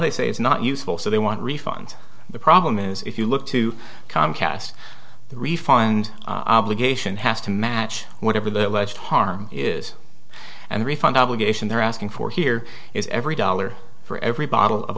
they say it's not useful so they want refund the problem is if you look to comcast the refund obligation has to match whatever the alleged harm is and refund obligation they're asking for here is every dollar for every bottle of